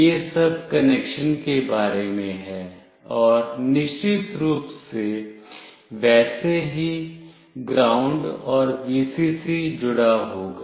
यह सब कनेक्शन के बारे में है और निश्चित रूप से वैसे ही ग्राउंड और Vcc जुड़ा होगा